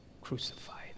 crucified